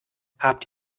habt